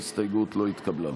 ההסתייגות לא התקבלה.